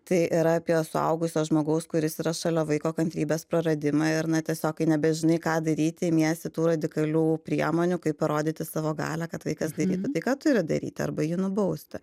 tai yra apie suaugusio žmogaus kuris yra šalia vaiko kantrybės praradimą ir na tiesiog kai nebežinai ką daryti imiesi tų radikalių priemonių kaip parodyti savo galią kad vaikas darytų tai ką turi daryti arba jį nubausti